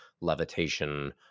levitation